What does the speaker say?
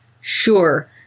Sure